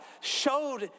showed